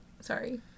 Sorry